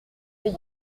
est